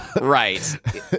Right